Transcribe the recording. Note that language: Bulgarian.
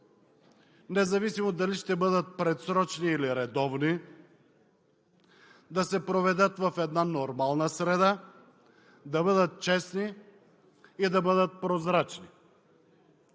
независимо дали ще бъдат предсрочни или редовни, да се проведат в една нормална среда, да бъдат честни и да бъдат прозрачни.